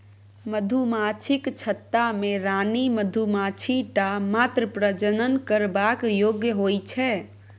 मधुमाछीक छत्ता मे रानी मधुमाछी टा मात्र प्रजनन करबाक योग्य होइ छै